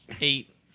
Eight